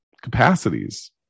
capacities